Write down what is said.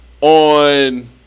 on